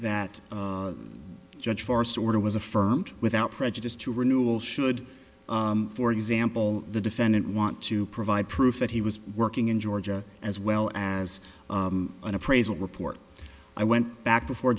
that judge force order was affirmed without prejudice to renewal should for example the defendant want to provide proof that he was working in georgia as well as an appraisal report i went back before